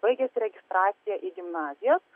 baigiasi registracija į gimnazijas